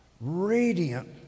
radiant